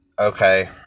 okay